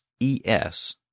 es